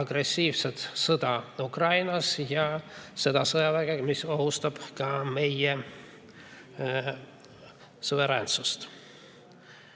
agressiivset sõda Ukrainas ning see sõjavägi ohustab ka meie suveräänsust.